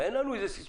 אין לנו סיסמאות.